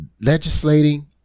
legislating